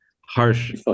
harsh